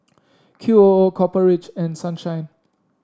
Qoo Copper Ridge and Sunshine